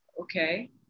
okay